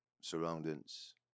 surroundings